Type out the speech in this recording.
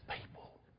people